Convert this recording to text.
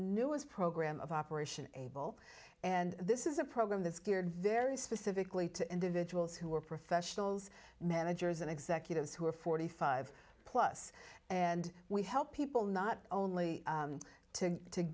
newest program of operation able and this is a program that's geared very specifically to individuals who are professionals managers and executives who are forty five plus and we help people not only to to